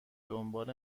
دنبال